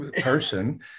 person